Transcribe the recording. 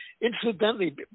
Incidentally